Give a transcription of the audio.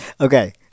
Okay